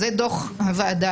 זה דוח הוועדה.